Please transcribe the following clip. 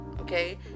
Okay